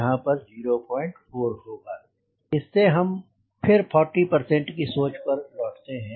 यहाँ पर 04 होगा इससे हम फिर 40 की सोच पर लौटते हैं